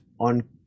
on